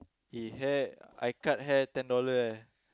eh hair I cut hair ten dollar eh